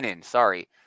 sorry